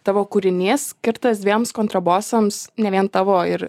tavo kūrinys skirtas dviems kontrabosams ne vien tavo ir